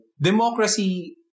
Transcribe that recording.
democracy